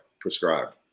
prescribed